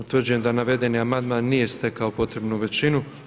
Utvrđujem da navedeni amandman nije stekao potrebnu većinu.